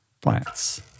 Plants